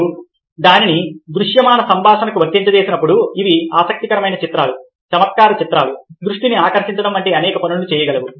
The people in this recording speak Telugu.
మీరు దానిని దృశ్యమాన సంభాషణకు వర్తింపజేసినప్పుడు అవి ఆసక్తికరమైన చిత్రాలు చమత్కార చిత్రాలు దృష్టిని ఆకర్షించడం వంటి అనేక పనులను చేయగలవు